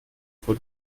vor